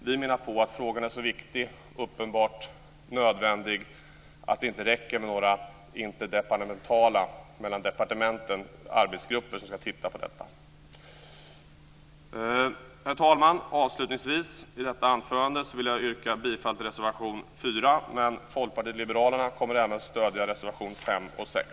Vi menar att frågan är så viktig och uppenbart nödvändig att det inte räcker med några interdepartementala arbetsgrupper - mellan departementen - som ska titta på den. Herr talman! Avslutningsvis yrkar jag bifall till reservation 4. Folkpartiet liberalerna kommer även att stödja reservationerna 5 och 6.